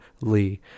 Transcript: Lee